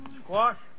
squash